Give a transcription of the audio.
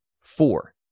Four